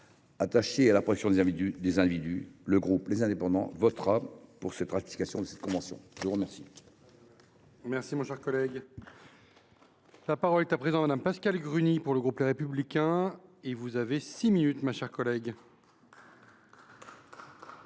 Attaché à la protection des individus, le groupe Les Indépendants votera pour la ratification de cette convention. La parole